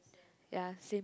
ya same